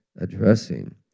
addressing